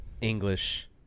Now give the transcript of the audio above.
English